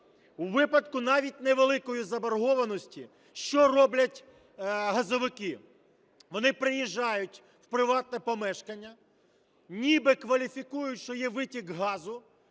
У випадку навіть невеликої заборгованості що роблять газовики? Вони приїжджають у приватне помешкання, ніби кваліфікують, що є витік газу,